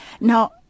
Now